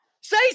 Say